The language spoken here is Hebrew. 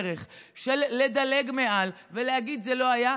בדרך של לדלג מעל ולהגיד "זה לא היה",